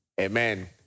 Amen